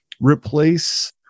replace